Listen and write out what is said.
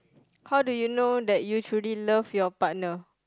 how do you know that you truly love your partner